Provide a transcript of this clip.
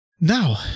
Now